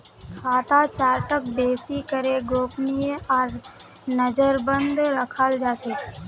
खाता चार्टक बेसि करे गोपनीय आर नजरबन्द रखाल जा छे